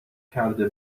کرده